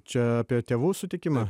čia apie tėvų sutikimą